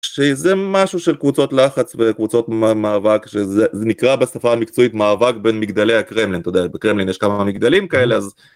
שזה משהו של קבוצות לחץ וקבוצות מאבק, זה נקרא בשפה המקצועית מאבק בין מגדלי הקרמלין, אתה יודע בקרמלין יש כמה מגדלים כאלה אז...